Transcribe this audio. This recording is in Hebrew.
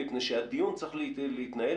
מפני שהדיון צריך להתנהל,